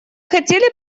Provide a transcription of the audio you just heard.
хотели